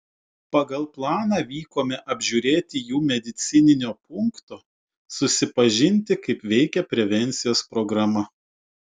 pagal planą vykome apžiūrėti jų medicininio punkto susipažinti kaip veikia prevencijos programa